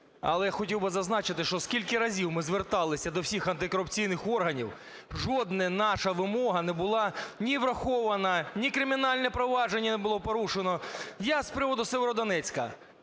Але хотів би зазначити, що скільки разів ми зверталися до всіх антикорупційних органів, жодна наша вимога не була ні врахована, ні кримінальне провадження не було порушено. Я з приводу Сєвєродонецька.